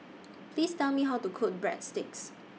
Please Tell Me How to Cook Breadsticks